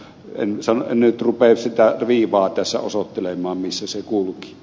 en nyt rupea sitä viivaa tässä osoittelemaan missä se kulki